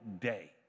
day